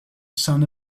sun